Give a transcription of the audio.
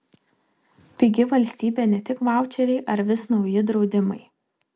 pigi valstybė ne tik vaučeriai ar vis nauji draudimai